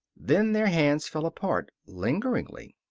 then their hands fell apart, lingeringly.